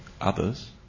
others